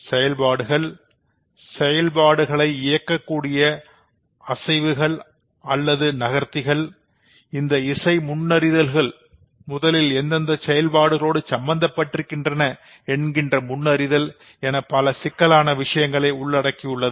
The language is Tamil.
செயல்பாடுகள் செயல்பாடுகளை இயங்கக்கூடிய அசைவுகள் இந்த இசைமுன்ன்றிதல்வுகள் முதலில் எந்தெந்த செயல்பாடுகளோடு சம்பந்தப்பட்டிருக்கின்றன என்கின்ற முன்ன்றிதல் என பல சிக்கலான விஷயங்களை உள்ளடக்கியது